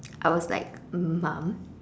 I was like mum